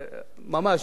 ממש,